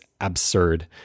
absurd